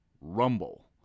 Rumble